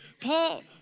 Paul